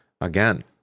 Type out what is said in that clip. again